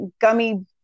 gummy